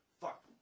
fuck